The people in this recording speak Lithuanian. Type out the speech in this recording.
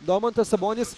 domantas sabonis